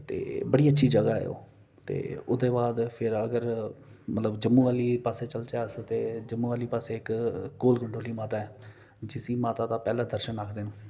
ते बड़ी अच्छी जगह ऐ ओह् ते ओह्दे बाद फिर अगर मतलब जम्मू आह्ले पास्सै चलचै अस ते जम्मू आह्ली पास्सै इक कोल कंडोली माता ऐ जिसी माता दा पहला दर्शन आखदे न